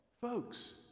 Folks